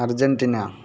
Argentina